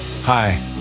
Hi